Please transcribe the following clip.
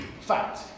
Fact